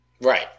Right